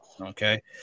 okay